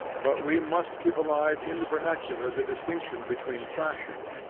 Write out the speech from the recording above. but we must keep alive in the vernacular the distinction between fashion,